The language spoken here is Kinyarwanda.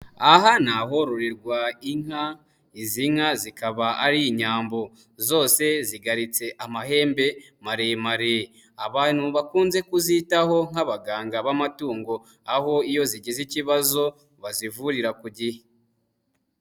Aha ni ahororerwa inka, izi nka zikaba ari inyambo, zose zigaritse amahembe maremare, abantu bakunze kuzitaho nk'abaganga b'amatungo aho iyo zigize ikibazo bazivurira ku gihe.